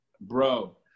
Bro